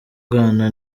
bwana